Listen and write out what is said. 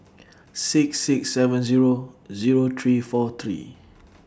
six six seven Zero Zero three four three